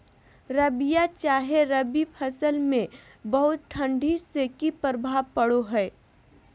रबिया चाहे रवि फसल में बहुत ठंडी से की प्रभाव पड़ो है?